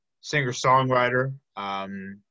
singer-songwriter